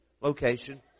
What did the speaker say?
location